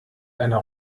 einer